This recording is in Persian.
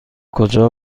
کجا